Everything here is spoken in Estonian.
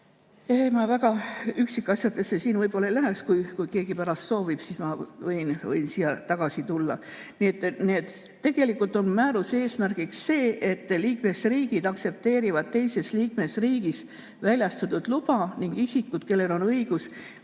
Ma üksikasjadesse siin võib-olla ei läheks – kui keegi pärast soovib, siis võin nende juurde tagasi tulla. Nii et tegelikult on määruse eesmärk see, et liikmesriigid aktsepteeriksid teises liikmesriigis väljastatud lube ning isikud, kellel on õigus